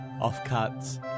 off-cuts